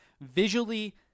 visually